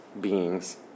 beings